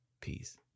Peace